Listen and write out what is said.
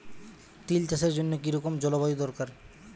তিল চাষের জন্য কি রকম জলবায়ু দরকার?